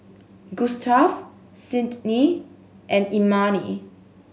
Gustaf Sydnee and Imani